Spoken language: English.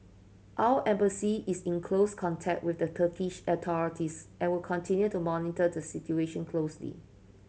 our Embassy is in close contact with the Turkish authorities and will continue to monitor the situation closely